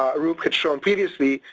arup had shown previously,